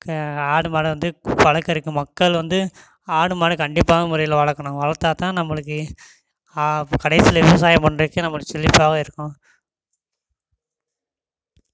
ஆடு மாடை வந்து வளர்க்கறக்கு மக்கள் வந்து ஆடு மாடு கண்டிப்பான முறையில் வளர்க்கணும் வளர்த்தாத்தான் நம்மளுக்கு கடைசியில் விவசாயம் பண்ணுறதுக்கு நம்மளுக்கு செழிப்பாவும் இருக்கும்